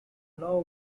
law